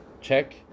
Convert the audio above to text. check